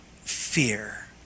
fear